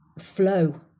flow